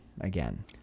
again